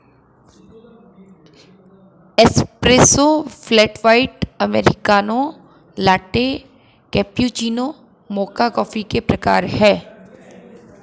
espresso, flat white, americano, latte, cappuccino, mocha coffee के प्रकार हैं